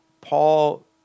Paul